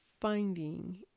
finding